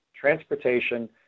Transportation